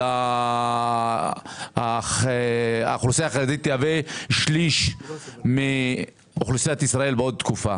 לזה שהאוכלוסייה החרדית תהווה שליש מאוכלוסיית ישראל בעוד תקופה.